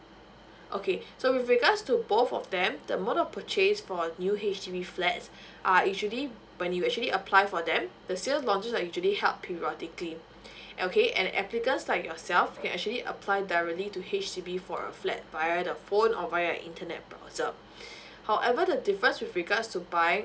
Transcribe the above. okay so with regards to both of them the mode of purchase for a new H_D_B flats are usually when you actually apply for them the sales launches are usually held periodically okay and the applicants like yourself can actually apply directly to H_D_B for a flat via the phone or via internet browser however the difference with regards to buying